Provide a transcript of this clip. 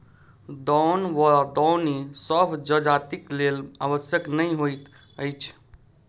दौन वा दौनी सभ जजातिक लेल आवश्यक नै होइत अछि